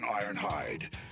Ironhide